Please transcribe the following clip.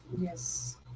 Yes